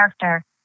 character